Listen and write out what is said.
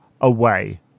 away